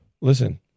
Listen